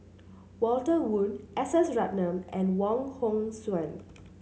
Walter Woon S S Ratnam and Wong Hong Suen